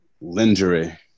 Lingerie